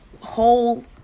whole